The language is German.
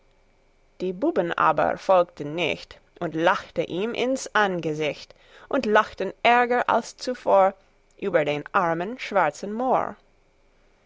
die buben aber folgten nicht und lachten ihm ins angesicht und lachten ärger als zuvor über den armen schwarzen mohr